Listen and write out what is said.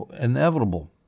inevitable